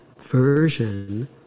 version